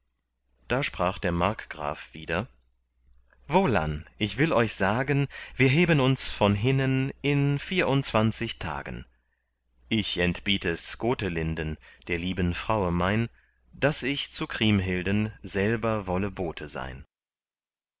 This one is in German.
da sprach der markgraf wieder wohlan ich will euch sagen wir heben uns von hinnen in vierundzwanzig tagen ich entbiet es gotelinden der lieben fraue mein daß ich zu kriemhilden selber wolle bote sein